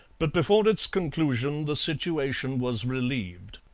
but before its conclusion the situation was relieved.